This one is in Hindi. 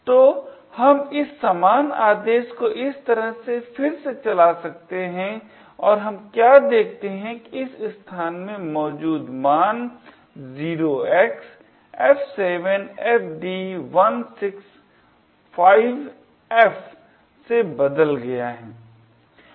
तो हम इस समान आदेश को इस तरह से फिर से चला सकते है और हम क्या देखते हैं कि इस स्थान में मौजूद मान 0xF7FD165F से बदल गया है